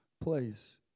place